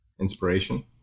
inspiration